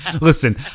listen